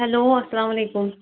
hello السلام علیکُم